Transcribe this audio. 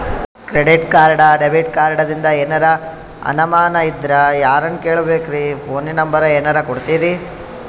Credit card, debit ಕಾರ್ಡಿಂದ ಏನರ ಅನಮಾನ ಇದ್ರ ಯಾರನ್ ಕೇಳಬೇಕ್ರೀ, ಫೋನಿನ ನಂಬರ ಏನರ ಕೊಡ್ತೀರಿ?